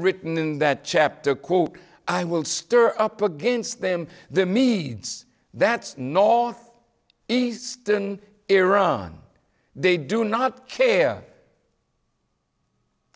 written in that chapter quote i will stir up against them the meads that's north eastern iran they do not care